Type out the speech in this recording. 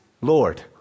Lord